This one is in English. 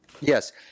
Yes